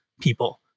people